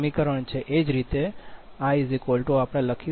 54 cos 0